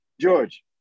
George